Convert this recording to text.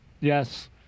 Yes